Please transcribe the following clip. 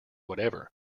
whatever